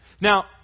Now